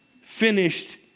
finished